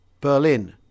Berlin